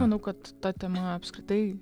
manau kad ta tema apskritai